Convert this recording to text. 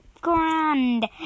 grand